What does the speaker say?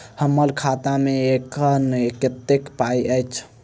हम्मर खाता मे एखन कतेक पाई अछि?